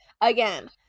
again